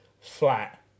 flat